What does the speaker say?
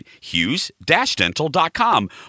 hughes-dental.com